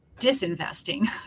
disinvesting